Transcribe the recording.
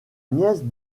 nièce